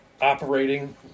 operating